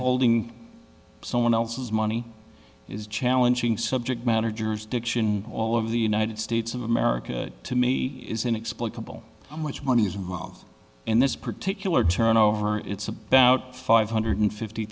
holding someone else's money is challenging subject matter jurisdiction all of the united states of america to me is inexplicable which money is involved in this particular turnover it's about five hundred fifty